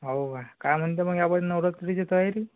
हो का काय म्हणते मग यावेळेस नवरात्रीची तयारी